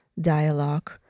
dialogue